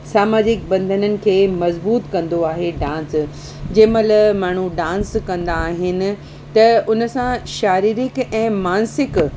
सामाजिक बंधननि खे मज़बूत कंदो आहे डांस जंहिं महिल माण्हू डांस कंदा आहिनि त उन सां शारीरिक ऐं मानसिक